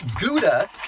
Gouda